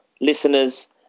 Listeners